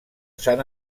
sant